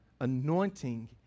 Anointing